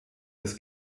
des